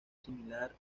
similar